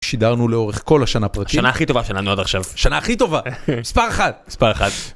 שידרנו לאורך כל השנה פרקים. השנה הכי טובה שלנו עד עכשיו. שנה הכי טובה! מספר 1! מספר 1.